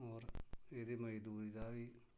होर एह्दे मजदूरी दा बी